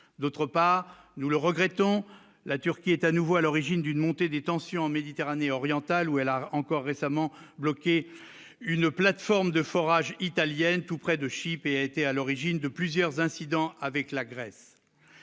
d'autre part, nous le regrettons, la Turquie est à nouveau à l'origine d'une montée des tensions en Méditerranée orientale, où elle a encore récemment bloqué une plateforme de forage italienne, tout près de chips et a été à l'origine de plusieurs incidents avec la Grèce